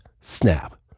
snap